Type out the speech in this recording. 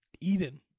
Eden